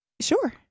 Sure